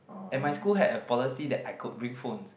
and my school had a policy that I could bring phones